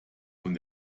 von